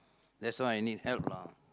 that's why I need help lah